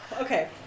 okay